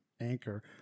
anchor